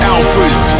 Alphas